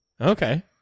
Okay